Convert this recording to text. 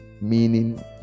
meaning